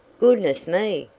goodness me!